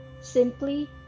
Simply